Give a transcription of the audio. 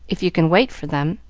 if you can wait for them.